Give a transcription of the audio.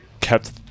kept